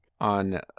on